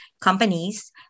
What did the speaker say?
companies